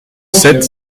sept